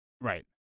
right